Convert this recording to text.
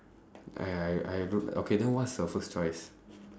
!aiya! I I don't okay then what's your first choice